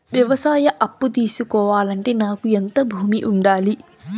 వ్యవసాయ అప్పు తీసుకోవాలంటే నాకు ఎంత భూమి ఉండాలి?